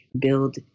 build